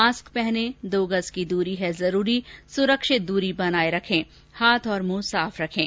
mask पहनें दो गज़ की दूरी है जरूरी सुरक्षित दूरी बनाए रखें हाथ और मुंह साफ रखें